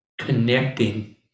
connecting